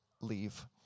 Leave